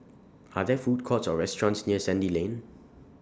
Are There Food Courts Or restaurants near Sandy Lane